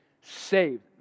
saved